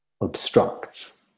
obstructs